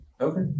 Okay